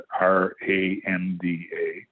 R-A-N-D-A